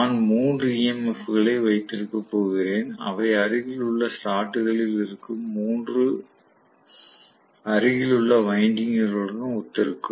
நான் மூன்று EMF களை வைத்திருக்கப் போகிறேன் அவை அருகிலுள்ள ஸ்லாட்டுகளில் இருக்கும் மூன்று அருகிலுள்ள வைண்டிங்குகளுடன் ஒத்திருக்கும்